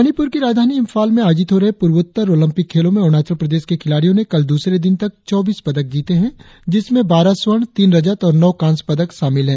मणिप्र की राजधानी इंफॉल में आयोजित हो रहे पूर्वोत्तर ओलंपिक खेलों में अरुणाचल प्रदेश के खिलाड़ियों ने कल द्रसरे दिन तक चौबीस पदक जीते हैं जिसमें बारह स्वर्ण तीन रजत और नौ कास्य पदक शामिल है